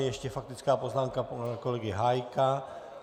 Ještě faktická poznámka pana kolegy Hájka.